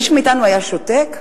מישהו מאתנו היה שותק?